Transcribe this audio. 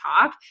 talk